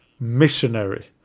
missionary